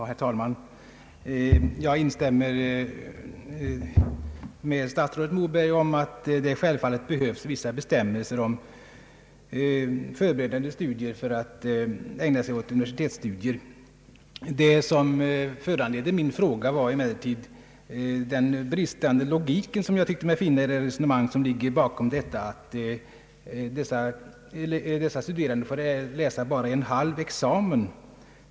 Herr talman! Jag instämmer med statsrådet Moberg i att det självfallet behövs vissa bestämmelser om förberedande studier för rätt att ägna sig åt universitetsstudier. Vad som föranledde min fråga var emellertid den enligt min uppfattning bristande logiken i det resonemang som ligger bakom bestämmelsen att dessa studerande bara får läsa en halv examen.